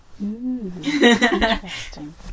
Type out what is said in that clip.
Interesting